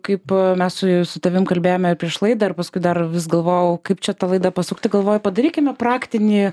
kaip mes su tavim kalbėjome ir prieš laidą ir paskui dar vis galvojau kaip čia tą laidą pasukti galvoju padarykime praktinį